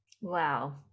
wow